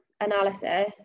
analysis